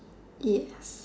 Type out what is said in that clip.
ya